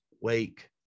wake